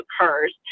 occurs